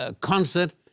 Concert